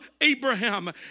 Abraham